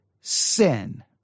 sin